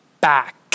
back